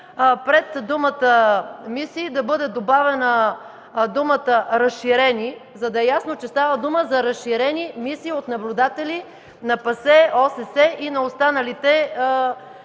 пред думата „мисии” да бъде добавена думата „разширени”, за да е ясно, че става дума за разширени мисии от наблюдатели на ПАСЕ, ОССЕ и на останалите